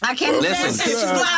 Listen